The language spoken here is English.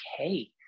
okay